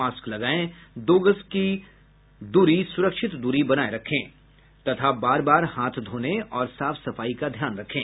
mask लगायें दो गज की सुरक्षित दूरी बनाये रखें तथा बार बार हाथ धोने और साफ सफाई का ध्यान रखें